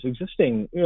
existing